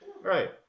Right